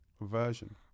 version